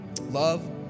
love